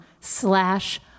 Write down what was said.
slash